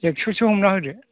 एकस'सो हमना होदो